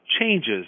changes